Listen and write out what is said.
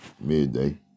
midday